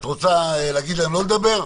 את רוצה להגיד להם לא לדבר?